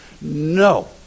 No